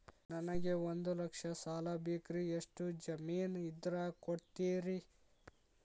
ನನಗೆ ಒಂದು ಲಕ್ಷ ಸಾಲ ಬೇಕ್ರಿ ಎಷ್ಟು ಜಮೇನ್ ಇದ್ರ ಕೊಡ್ತೇರಿ?